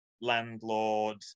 landlord